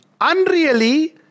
unreally